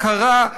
הכרה,